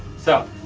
so,